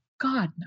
God